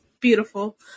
Beautiful